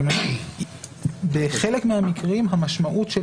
זאת אומרת שבחלק מהמקרים המשמעות המעשית